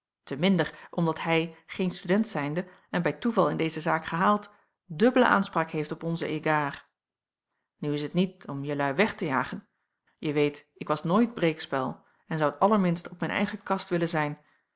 te minder omdat hij geen student zijnde en bij toeval in deze zaak gehaald dubbele aanspraak heeft op onze égards nu is t niet om jelui weg te jagen je weet ik was nooit breekspel en zou t allerminst op mijn eigen kast willen zijn